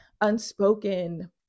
unspoken